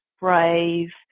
brave